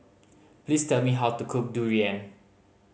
please tell me how to cook durian